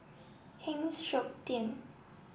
Heng Siok Tian